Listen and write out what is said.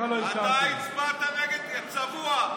אתה הצבעת נגד, צבוע.